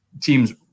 teams